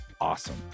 Awesome